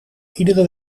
iedere